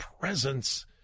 presence